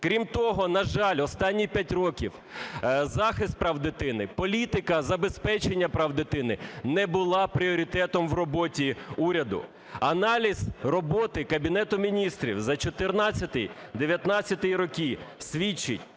Крім того, на жаль, останні 5 років захист прав дитини, політика забезпечення прав дитини не була пріоритетом в роботі уряду. Аналіз роботи Кабінету Міністрів за 14-19-й роки свідчить,